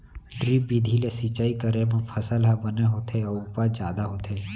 drip बिधि ले सिंचई करे म फसल ह बने होथे अउ उपज जादा होथे